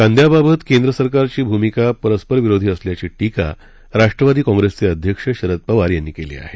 कांद्याबाबत केंद्र सरकारची भूमिका परस्परविरोधी असल्याची टीका राष्ट्रवादी काँग्रेसचे अध्यक्ष शरद पवार यांनी केली आहे